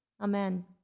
Amen